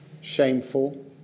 shameful